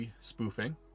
spoofing